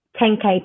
10k